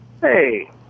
Hey